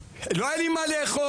לא היה לי מה לאכול,